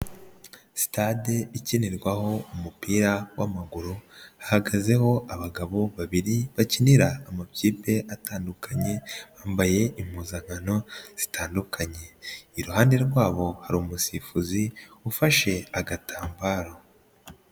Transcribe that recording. Sitade ikinirwaho umupira w'amaguru, hahagazeho abagabo babiri bakinira amakipe atandukanye bambaye impuzankano zitandukanye, iruhande rwabo hari umusifuzi ufashe agatambaro.